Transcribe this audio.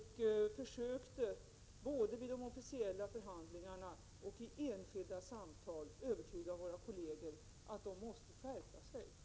Vi försökte både vid de officiella förhandlingarna och i enskilda samtal övertyga våra kolleger om att de måste skärpa sig.